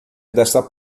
desta